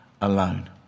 Alone